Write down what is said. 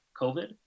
covid